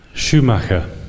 Schumacher